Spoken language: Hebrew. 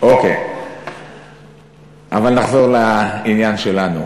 אוקיי, אבל נחזור לעניין שלנו.